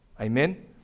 amen